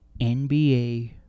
NBA